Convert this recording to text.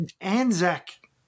Anzac